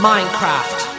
Minecraft